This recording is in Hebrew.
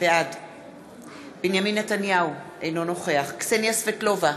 בעד בנימין נתניהו, אינו נוכח קסניה סבטלובה,